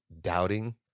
doubting